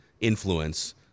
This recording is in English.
influence